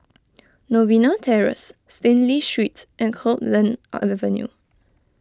Novena Terrace Stanley Street and Copeland Avenue